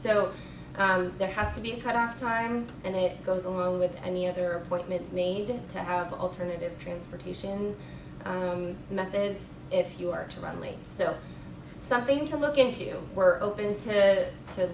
so there has to be cut off time and it goes along with any other appointment need to have alternative transportation methods if you are to run late so something to look into were open to